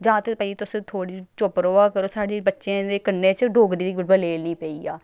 जां ते भाई तुस थोह्ड़ी चुप रोआ करो साढ़े बच्चें दे कन्ने च डोगरी दी गुरबा लेई निं पेई जा